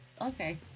Okay